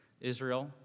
Israel